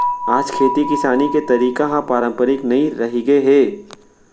आज खेती किसानी के तरीका ह पारंपरिक नइ रहिगे हे